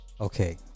Okay